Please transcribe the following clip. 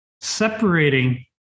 Separating